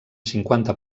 cinquanta